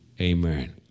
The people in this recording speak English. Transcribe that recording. Amen